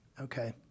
Okay